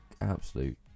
absolute